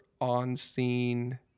on-scene